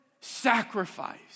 sacrifice